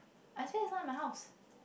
I say it's not in my house